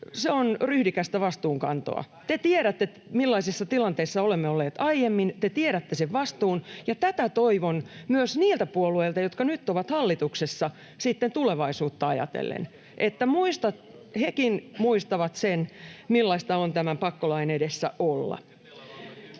Se on ryhdikästä vastuunkantoa. Te tiedätte, millaisissa tilanteissa olemme olleet aiemmin, te tiedätte sen vastuun, ja tätä toivon myös niiltä puolueilta, jotka nyt ovat hallituksessa, sitten tulevaisuutta ajatellen, että hekin muistavat sen, millaista on tämän pakkolain edessä olla.